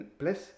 plus